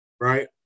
Right